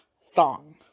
song